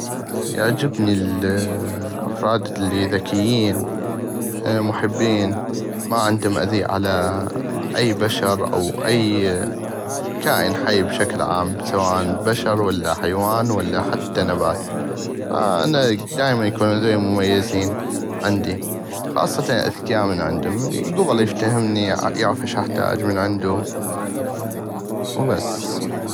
يعجبني الافراد الذكيين المحبين ما عندم اذي على اي بشر او اي كائن حي بشكل عام سواء بشر والا حيوان والا حتى نبات انا دائمن يكونون هذوي مميزين عندي خاصة الاذكياء من عندم كبل يفتهمني يعغف اش احتاج من عندو وبس.